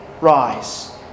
Rise